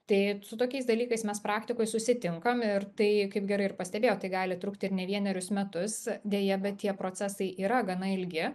tai su tokiais dalykais mes praktikoj susitinkam ir tai kaip gerai ir pastebėjot tai gali trukt ir ne vienerius metus deja bet tie procesai yra gana ilgi